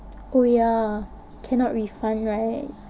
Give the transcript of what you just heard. oh ya cannot refund right